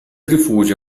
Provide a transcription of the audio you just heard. rifugia